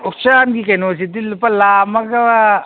ꯎꯆꯥꯟꯒꯤ ꯀꯩꯅꯣꯁꯤꯗꯤ ꯂꯨꯄꯥ ꯂꯥꯛ ꯑꯃꯒ